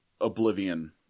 oblivion